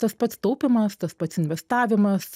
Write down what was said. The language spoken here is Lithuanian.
tas pats taupymas tas pats investavimas